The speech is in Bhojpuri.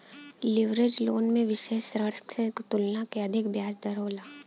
लीवरेज लोन में विसेष ऋण के तुलना में अधिक ब्याज दर होला